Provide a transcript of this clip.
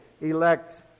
elect